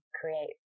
create